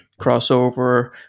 crossover